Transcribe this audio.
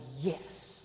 yes